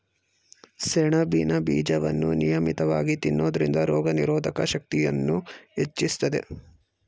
ಸೆಣಬಿನ ಬೀಜವನ್ನು ನಿಯಮಿತವಾಗಿ ತಿನ್ನೋದ್ರಿಂದ ರೋಗನಿರೋಧಕ ಶಕ್ತಿಯನ್ನೂ ಹೆಚ್ಚಿಸ್ತದೆ